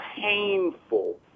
painful